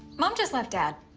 mom just left dad.